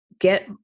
get